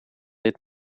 dit